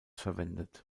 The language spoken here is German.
verwendet